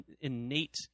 innate